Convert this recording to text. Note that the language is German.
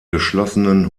geschlossenen